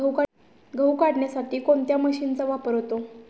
गहू काढण्यासाठी कोणत्या मशीनचा वापर होतो?